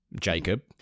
Jacob